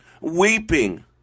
weeping